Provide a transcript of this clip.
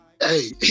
Hey